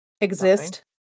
Exist